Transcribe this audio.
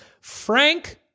Frank